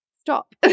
Stop